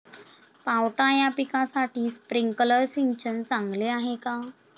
पावटा या पिकासाठी स्प्रिंकलर सिंचन चांगले आहे का?